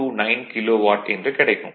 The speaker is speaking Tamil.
829 கிலோவாட் என்று கிடைக்கும்